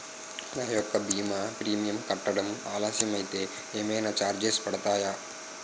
నా యెక్క భీమా ప్రీమియం కట్టడం ఆలస్యం అయితే ఏమైనా చార్జెస్ పడతాయా?